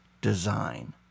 design